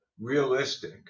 realistic